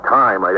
time